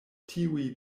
tiuj